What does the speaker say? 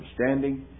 understanding